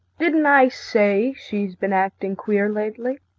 didn't i say she's been acting queer lately?